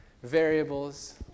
variables